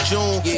June